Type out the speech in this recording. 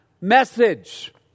message